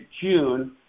June